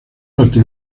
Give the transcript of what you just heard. parte